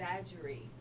Exaggerate